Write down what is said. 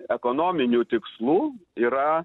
ekonominių tikslų yra